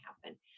happen